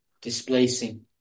displacing